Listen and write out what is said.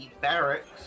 barracks